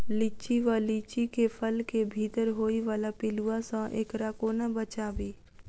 लिच्ची वा लीची केँ फल केँ भीतर होइ वला पिलुआ सऽ एकरा कोना बचाबी?